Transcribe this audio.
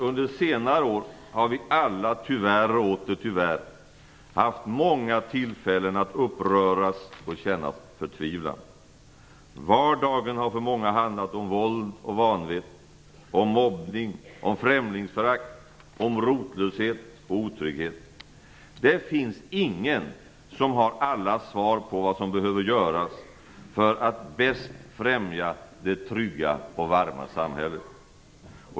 Under senare år har vi alla tyvärr haft många tillfällen att uppröras och känna förtvivlan. Vardagen har för många handlat om våld och vanvett, om mobbning, om främlingsförakt, om rotlöshet och otrygghet. Det finns ingen som har alla svar på vad som behöver göras för att bäst främja det trygga och varma samhället.